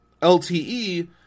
LTE